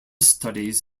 studies